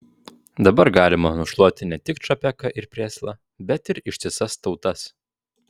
dabar galima nušluoti ne tik čapeką ir prėslą bet ir ištisas tautas